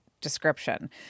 description